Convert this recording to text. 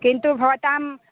किन्तु भवताम्